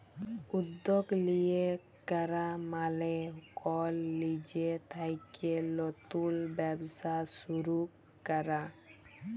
উদ্যগ লিয়ে ক্যরা মালে কল লিজে থ্যাইকে লতুল ব্যবসা শুরু ক্যরা